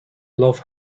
love